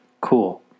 Cool